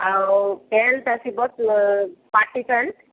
ଆଉ ପ୍ୟାଣ୍ଟ୍ ଆସିବ party pant